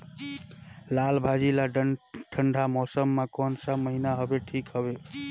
लालभाजी ला ठंडा मौसम के कोन सा महीन हवे ठीक हवे?